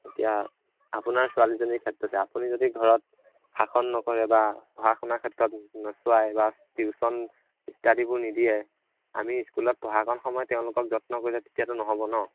এতিয়া আপোনাৰ ছোৱালীজনীৰ ক্ষেত্ৰতে আপুনি যদি ঘৰত শাসন নকৰে বা পঢ়া শুনা ক্ষেত্ৰত নোচোৱাই বা টিউচন ইত্যাদিবোৰ নিদিয়ে আমি ইস্কুলত পঢ়াকণ সময় তেওঁলোকক যত্ন কৰিলে তেতিয়াতো নহ'ব ন